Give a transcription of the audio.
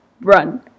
Run